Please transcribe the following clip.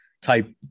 type